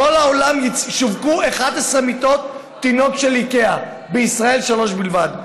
בכל העולם שווקו 11 מיטות תינוק של איקאה בישראל שלוש בלבד.